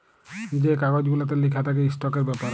যে কাগজ গুলাতে লিখা থ্যাকে ইস্টকের ব্যাপারে